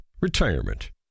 retirement